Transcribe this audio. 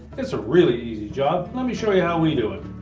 it's a really easy job, let me show you how we do it.